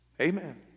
Amen